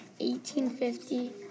1850